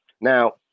now